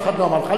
אף אחד לא אמר לך,